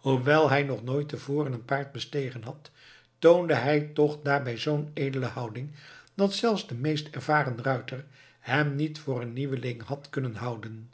hoewel hij nog nooit te voren een paard bestegen had toonde hij toch daarbij zoo'n edele houding dat zelfs de meest ervaren ruiter hem niet voor een nieuweling had kunnen houden